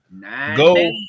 Go